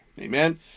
Amen